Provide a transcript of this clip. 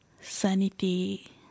sanity